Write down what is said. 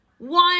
One